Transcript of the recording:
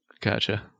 Gotcha